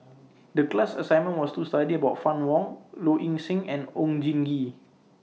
The class assignment was to study about Fann Wong Low Ing Sing and Oon Jin Gee